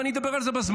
ואני אדבר על זה בזמן.